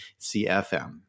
CFM